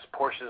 Porsche's